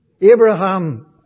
Abraham